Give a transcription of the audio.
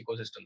ecosystem